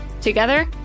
together